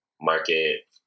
market